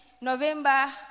November